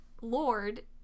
Lord